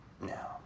Now